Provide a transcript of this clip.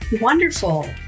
Wonderful